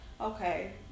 Okay